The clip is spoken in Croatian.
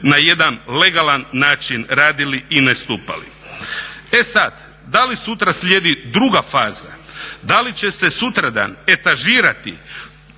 na jedan legalan način radili i nastupali. E sad, da li sutra slijedi druga faza. Da li će se sutradan etažirati